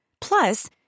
Plus